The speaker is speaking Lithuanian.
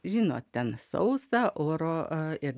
žinot ten sausa oro ir